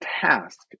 task